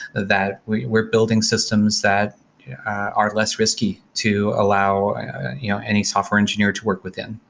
that we're we're building systems that are less risky to allow you know any software engineer to work within,